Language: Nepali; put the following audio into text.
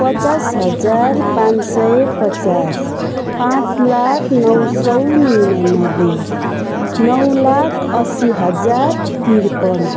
पचास हजार पाँच सय पचास पाँच लाख नौ सय उनानब्बे नौ लाख असी हजार त्रिपन्न